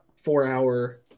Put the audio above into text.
four-hour